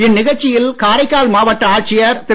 இந்த நிகழ்ச்சியில் காரைக்கால் மாவட்ட ஆட்சியர் திரு